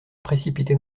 précipiter